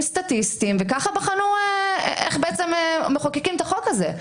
סטטיסטיים וככה בחנו איך מחוקקים את החוק הזה.